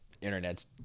internet's